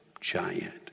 giant